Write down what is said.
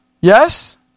Yes